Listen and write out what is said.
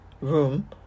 room